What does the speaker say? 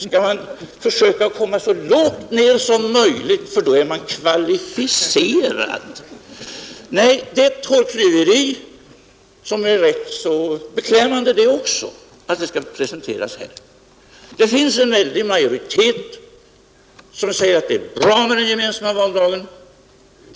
Skall man försöka komma så lågt ner som möjligt, för då är man kvalificerad? Nej, detta är ett hårklyveri som det är rätt beklämmande att man presenterar här. Det finns en majoritet som tycker att den gemensamma valdagen är bra.